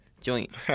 joint